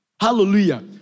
Hallelujah